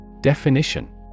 Definition